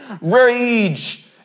Rage